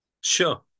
sure